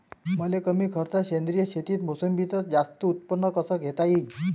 मले कमी खर्चात सेंद्रीय शेतीत मोसंबीचं जास्त उत्पन्न कस घेता येईन?